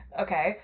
Okay